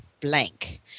blank